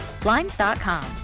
Blinds.com